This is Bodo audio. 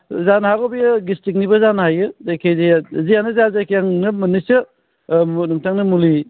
जानो हागौ बियो गेस्टिकनिबो जानो हायो जायखिजाया जेयानो जा जायखिया आं नोंनो मोननैसो ओह नोंथांनो मुलि